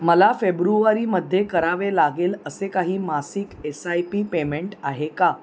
मला फेब्रुवारीमध्ये करावे लागेल असे काही मासिक एस आय पी पेमेंट आहे का